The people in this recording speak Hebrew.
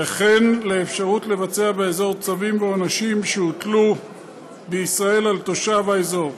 וכן לאפשרות לבצע באזור צווים ועונשים שהוטלו בישראל על תושב האזור.